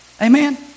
Amen